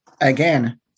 again